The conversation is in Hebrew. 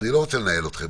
אני לא רוצה לנהל אתכם,